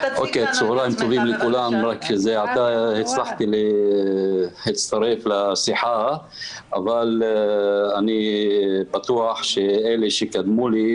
זה עתה הצלחתי להצטרף לשיחה אבל אני בטוח שאלה שקדמו לי,